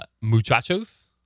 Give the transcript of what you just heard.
muchachos